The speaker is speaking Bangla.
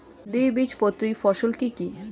দ্বিবীজপত্রী ফসল কি কি?